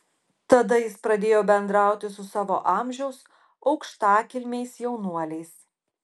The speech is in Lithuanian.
tada jis pradėjo bendrauti su savo amžiaus aukštakilmiais jaunuoliais